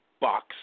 box